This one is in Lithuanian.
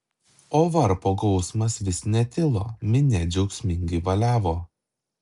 o varpo gausmas vis netilo minia džiaugsmingai valiavo